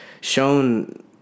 shown